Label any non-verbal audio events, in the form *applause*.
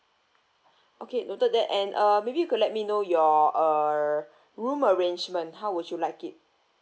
*breath* okay noted that and uh may be you could let me know your uh *breath* room arrangement how would you like it